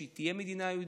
שהיא תהיה מדינה יהודית,